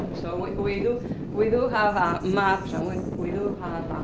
so we do we do have maps and we we do